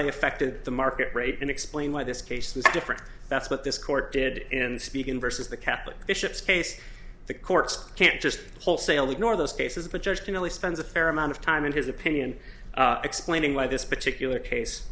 they affected the market rate and explain why this case is different that's what this court did in speaking versus the catholic bishops case the courts can't just wholesale ignore those cases but just generally spends a fair amount of time in his opinion explaining why this particular case